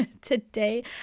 Today